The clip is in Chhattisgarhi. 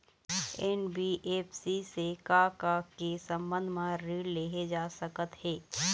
एन.बी.एफ.सी से का का के संबंध म ऋण लेहे जा सकत हे?